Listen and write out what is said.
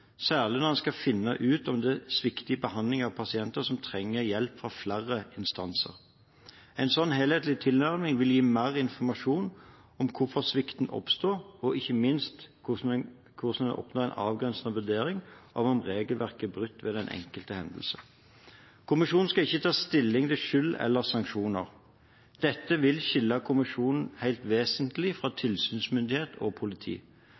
særlig når man skal finne ut om det er svikt i behandlingen av pasienter som trenger hjelp fra flere instanser. En slik helhetlig tilnærming vil gi mer informasjon om hvorfor svikten oppstår, og ikke minst om hvordan man oppnår en avgrenset vurdering av om regelverket er brutt ved den enkelte hendelsen. Kommisjonen skal ikke ta stilling til skyld eller sanksjoner. Dette vil skille kommisjonen helt vesentlig fra tilsynsmyndighet og politi.